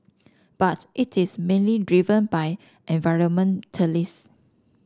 but it is mainly driven by environmentalist